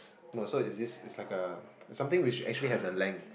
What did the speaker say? no so is this is like a something which you actually has a length